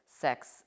sex